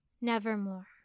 nevermore